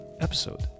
episode